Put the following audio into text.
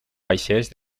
vaixells